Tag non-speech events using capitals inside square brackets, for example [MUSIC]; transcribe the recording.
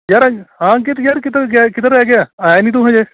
ਯਾਰ ਹਾਂ ਅੰਕਿਤ ਯਾਰ [UNINTELLIGIBLE] ਗਿਆ ਕਿੱਧਰ ਰਹਿ ਗਿਆ ਆਇਆ ਨਹੀਂ ਤੂੰ ਹਜੇ